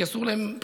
כי אסור להם,